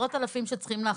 אלפים שהם צריכים להחזיר.